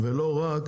הם טוענים